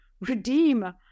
redeem